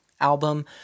album